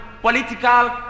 political